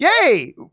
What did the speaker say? Yay